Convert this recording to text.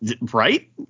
Right